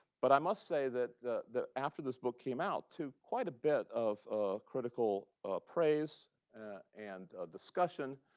but i must say that that after this book came out to quite a bit of critical praise and discussion,